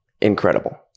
incredible